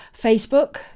Facebook